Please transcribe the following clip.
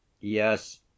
Yes